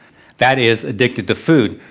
that is addicted to food.